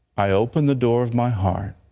i open the door of my heart